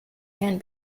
can